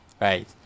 right